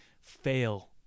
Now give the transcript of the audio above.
Fail